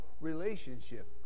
relationship